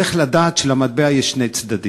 צריך לדעת שלמטבע יש שני צדדים.